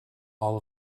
all